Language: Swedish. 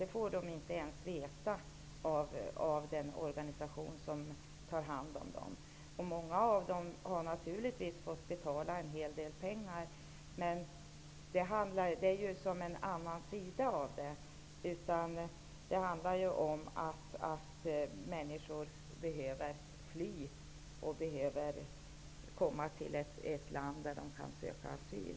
Det får de inte ens veta av den organisation som tar hand om dem. Många av dessa människor har naturligtvis fått betala en hel del pengar, men det är en annan sida av saken. Det handlar om att människor behöver fly och att de behöver komma till ett land där de kan söka asyl.